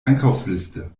einkaufsliste